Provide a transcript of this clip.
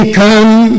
come